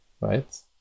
right